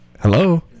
Hello